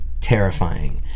terrifying